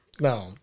No